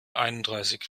einunddreißig